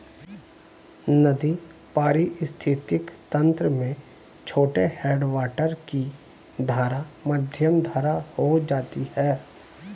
नदी पारिस्थितिक तंत्र में छोटे हैडवाटर की धारा मध्यम धारा हो जाती है